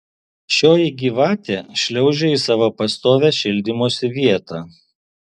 šioji gyvatė šliaužė į savo pastovią šildymosi vietą